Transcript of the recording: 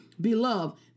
beloved